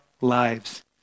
lives